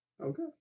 okay